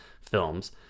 films